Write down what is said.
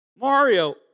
Mario